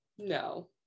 No